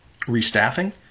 restaffing